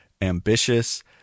ambitious